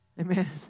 Amen